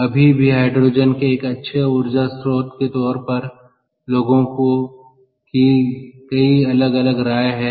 अभी भी हाइड्रोजन के एक अच्छे ऊर्जा स्रोत के तौर पर लोगों की कई अलग अलग राय हैं